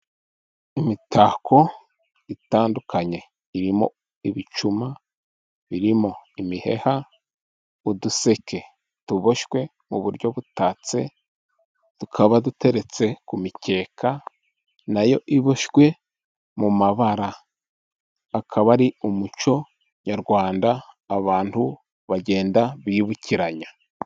Imitako itandukanye irimo ibicuma, birimo imiheha, uduseke tuboshywe mu buryo butatse, tukaba duteretse ku mikeka na yo iboshywe mu mabara. Akaba ari umuco nyarwanda abantu bagenda bibukiranya.